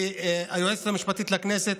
עם היועצת המשפטית לכנסת.